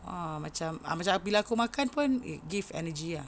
a'ah macam ah macam bila aku makan pun it give energy ah